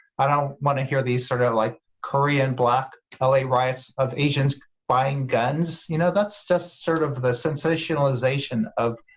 i don't want to hear these sort of like korean black um la riots of asians buying guns you know that's just sort of the sensationalization of